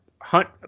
hunt